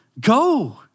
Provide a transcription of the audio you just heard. go